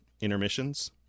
intermissions